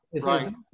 right